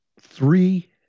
three